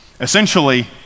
Essentially